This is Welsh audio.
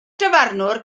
dyfarnwr